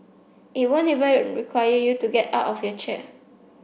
it won't even require you to get out of your chair